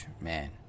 man